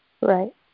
Right